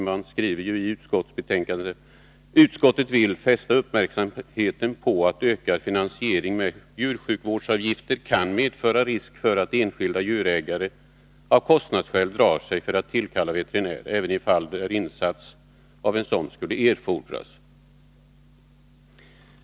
Man skrevi betänkandet: ”Utskottet vill dock fästa uppmärksamheten på att ökad finansiering med djursjukvårdsavgifter kan medföra risk för att enskilda djurägare av kostnadsskäl drar sig för att tillkalla veterinär även i fall där insats av en sådan skulle erfordras.